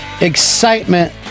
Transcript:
Excitement